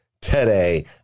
today